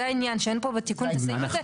זה העניין, שאין פה בתיקון את הסעיף הזה.